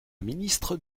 ministre